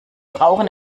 rauchen